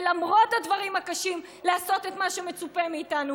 ולמרות הדברים הקשים לעשות את מה שמצופה מאיתנו